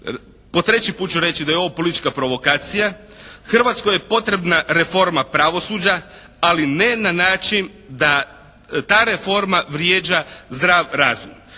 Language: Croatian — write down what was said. Po treći put ću reći da je ovo politička provokacija. Hrvatskoj je potrebna reforma pravosuđa ali ne na način da ta reforma vrijeđa zdrav razum.